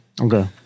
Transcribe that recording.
Okay